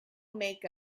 make